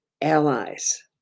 allies